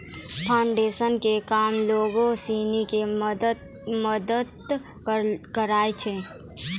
foundation के काम लोगो सिनी के मदत करनाय छै